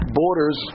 borders